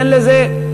תן לזה.